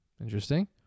Interesting